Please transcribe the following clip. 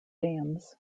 dams